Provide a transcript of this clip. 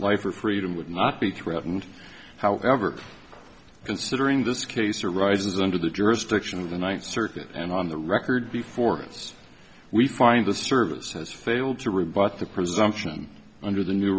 life or freedom would not be threatened however considering this case arises under the jurisdiction of the ninth circuit and on the record before us we find the service has failed to rebut the presumption under the new